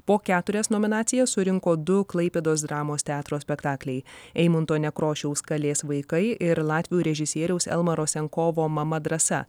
po keturias nominacijas surinko du klaipėdos dramos teatro spektakliai eimunto nekrošiaus kalės vaikai ir latvių režisieriaus elmaro senkovo mama drąsa